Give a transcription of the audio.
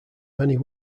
many